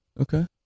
okay